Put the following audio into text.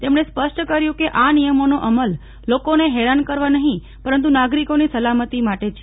તેમણે સ્પષ્ટ કર્યું કે આ નિયમો નો અમલ લોકો ને હેરાન કરવા નહિ પરંતુ નાગરિકોની સલામતિ માટે છે